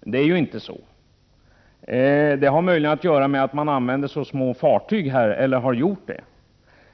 Det är inte så. Det har möjligen att göra med att man där använder så små fartyg.